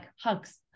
hugs